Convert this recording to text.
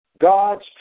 God's